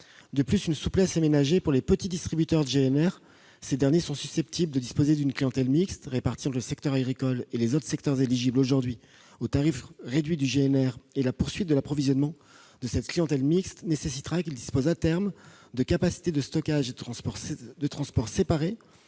De plus, une souplesse est aménagée pour les petits distributeurs de GNR. Ces derniers sont susceptibles de disposer d'une clientèle mixte, répartie entre le secteur agricole et les autres secteurs éligibles aujourd'hui au tarif réduit du GNR. La poursuite de l'approvisionnement de cette clientèle mixte nécessitera qu'ils disposent à terme de capacités de stockage et de capacités